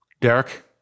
Derek